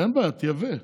אין בעיה, תייבא,